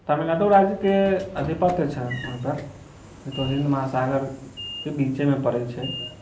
तमिलनाडु राज्यके अधिपत्य छनि ओहिपर नहि तऽ ओ हिन्द महासागरके बीचेमे पड़ैत छै